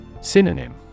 Synonym